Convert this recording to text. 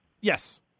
Yes